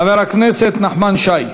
חבר הכנסת נחמן שי.